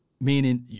Meaning